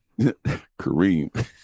Kareem